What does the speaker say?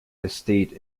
estate